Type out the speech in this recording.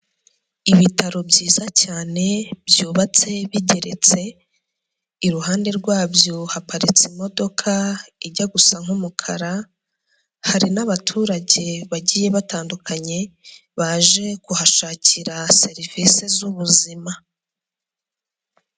Ibitaro byiza cyane byubatse bigeretse, iruhande rwabyo haparitse imodoka ijya gusa nk'umukara hari n'abaturage bagiye batandukanye baje kuhashakira serivise z'ubuzima.